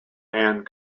hand